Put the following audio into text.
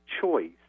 choice